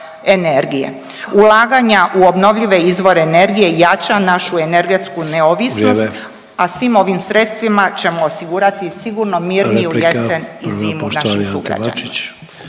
Ulaganja u obnovljive izvore energije jača našu energetsku neovisnost, .../Upadica: Vrijeme./... a svim ovim sredstvima ćemo osigurati sigurno mirniju jesen i zimu našim sugrađanima.